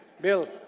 Bill